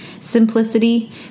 simplicity